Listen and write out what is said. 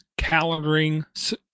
calendaring